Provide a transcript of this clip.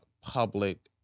public